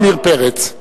עמיר פרץ.